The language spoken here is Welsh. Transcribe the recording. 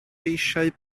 eisiau